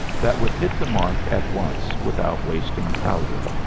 that would hit the mark at once without wasting powder.